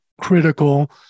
critical